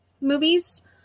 movies